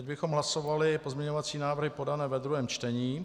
Teď bychom hlasovali pozměňovací návrhy podané ve druhém čtení.